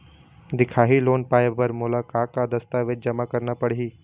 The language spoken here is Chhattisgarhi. दिखाही लोन पाए बर मोला का का दस्तावेज जमा करना पड़ही?